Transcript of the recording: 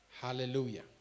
Hallelujah